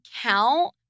count